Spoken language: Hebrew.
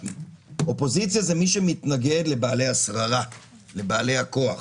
אופוזיציה זה מי שמתנגד לבעלי השררה, לבעלי הכוח.